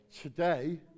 today